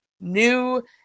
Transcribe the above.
new